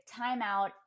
timeout